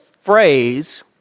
phrase